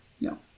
No